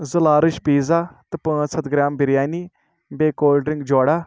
زٕ large pizza تہٕ پانٛژھ ہَتھ گرٛام بِریانی بیٚیہِ کولڈِرٛنک جورا